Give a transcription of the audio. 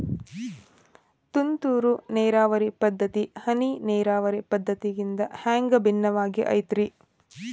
ತುಂತುರು ನೇರಾವರಿ ಪದ್ಧತಿ, ಹನಿ ನೇರಾವರಿ ಪದ್ಧತಿಗಿಂತ ಹ್ಯಾಂಗ ಭಿನ್ನವಾಗಿ ಐತ್ರಿ?